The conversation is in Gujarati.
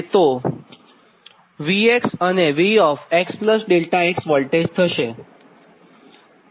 તો V અને V x ∆x વોલ્ટેજ થશે